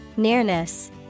Nearness